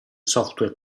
software